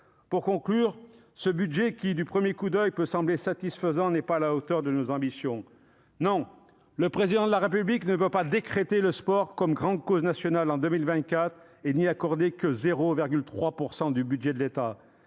Pour conclure, ce budget, qui, au premier coup d'oeil, peut sembler satisfaisant, n'est pas à la hauteur de nos ambitions. Non, le Président de la République ne peut pas décréter le sport « grande cause nationale » en 2024 et n'y consacrer que 0,3 % du budget de l'État.